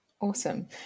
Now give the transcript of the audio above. awesome